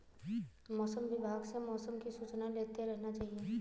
मौसम विभाग से मौसम की सूचना लेते रहना चाहिये?